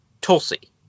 Tulsi